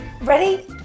ready